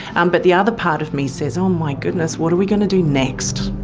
um but the other part of me says oh my goodness, what are we going to do next?